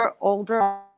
older